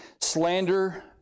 slander